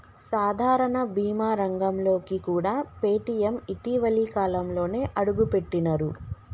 సాధారణ బీమా రంగంలోకి కూడా పేటీఎం ఇటీవలి కాలంలోనే అడుగుపెట్టినరు